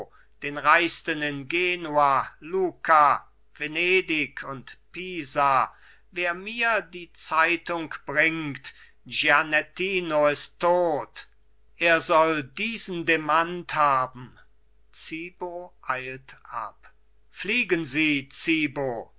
den reichsten in genua lucca venedig und pisa wer mir die zeitung bringt gianettino ist tot er soll diesen demant haben zibo eilt ab fliegen sie zibo